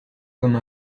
comme